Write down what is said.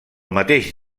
mateix